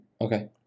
Okay